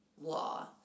law